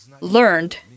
learned